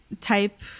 type